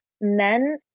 men